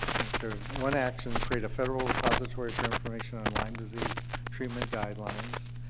sort of one action. create a federal repository for information on lyme disease treatment guidelines,